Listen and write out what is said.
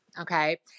Okay